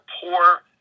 poor